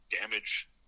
damage